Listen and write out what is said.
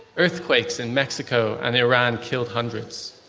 earthquakes in mexico and iran killed hundreds.